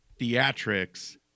theatrics